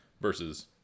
versus